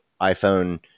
iPhone